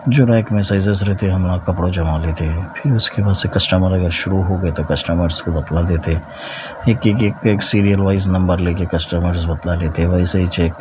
جو ریک میں سائزز رہتے ہم وہاں پر پوچھا مار لیتے ہیں پھر اس کے بعد سے کسٹمر اگر شروع ہو گئے تو کسٹمرس کو بتلا دیتے ایک ایک ایک کے سیریل وائز نمبر لے کے کسٹمرس بتلا لیتے ویسے ہی چیک